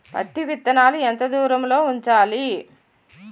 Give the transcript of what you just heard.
పత్తి విత్తనాలు ఎంత దూరంలో ఉంచాలి?